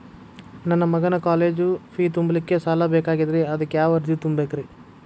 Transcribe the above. ನನ್ನ ಮಗನ college fee ತುಂಬಲಿಕ್ಕೆ ಸಾಲ ಬೇಕಾಗೆದ್ರಿ ಅದಕ್ಯಾವ ಅರ್ಜಿ ತುಂಬೇಕ್ರಿ?